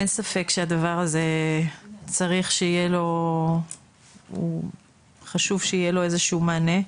אין ספק שהדבר הזה צריך וחשוב שיהיה לו איזה שהוא מענה.